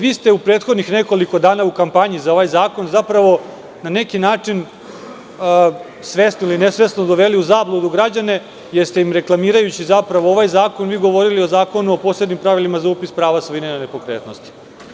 Vi ste u prethodnih nekoliko dana u kampanji za ovaj zakon zapravo na neki način svesno ili nesvesno doveli u zabludu građane, jer ste im reklamirajući zapravo ovaj zakon govorili o Zakonu o posebnim pravilima za upis prava svojine na nepokretnosti.